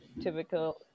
typical